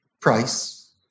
price